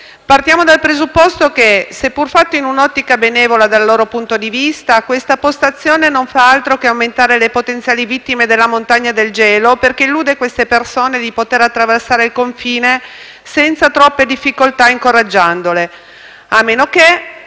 Partiamo dal presupposto che, se pur realizzata in un'ottica benevola, dal loro punto di vista, questa postazione non fa altro che aumentare le potenziali vittime della montagna e del gelo, perché illude queste persone di poter attraversare il confine senza troppe difficoltà, incoraggiandole, a meno che